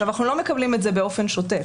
אנחנו לא מקבלים את זה באופן שוטף.